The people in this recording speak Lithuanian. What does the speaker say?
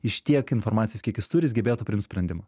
iš tiek informacijos kiek jis turi jis gebėtų priimt sprendimą